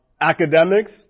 academics